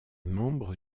membre